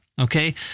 Okay